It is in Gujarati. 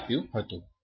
તે આપ્યું હતું